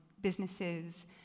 businesses